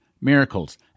Miracles